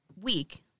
week